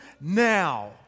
now